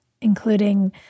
including